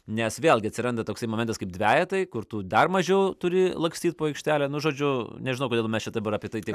nes vėlgi atsiranda toksai momentas kaip dvejetai kur tu dar mažiau turi lakstyt po aikštelę nu žodžiu nežinau kodėl mes čia dabar apie tai